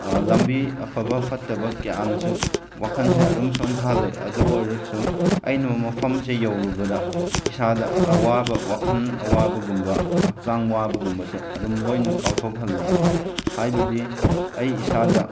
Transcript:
ꯂꯝꯕꯤ ꯑꯐꯕ ꯐꯠꯇꯕ ꯀꯌꯥꯅꯁꯨ ꯋꯥꯈꯟꯁꯦ ꯑꯗꯨꯝ ꯁꯣꯟꯊꯍꯜꯂꯦ ꯑꯗꯨ ꯑꯣꯏꯔꯁꯨ ꯑꯩꯅ ꯃꯐꯝꯁꯦ ꯌꯧꯔꯨꯕꯗ ꯏꯁꯥꯗ ꯑꯋꯥꯕ ꯋꯥꯈꯟ ꯑꯋꯥꯕꯒꯨꯝꯕ ꯍꯛꯆꯥꯡ ꯋꯥꯕꯒꯨꯝꯕꯁꯦ ꯑꯗꯨꯝ ꯂꯣꯏꯅ ꯀꯥꯎꯊꯣꯛꯍꯜꯂꯤ ꯍꯥꯏꯕꯗꯤ ꯑꯩ ꯏꯁꯥꯗ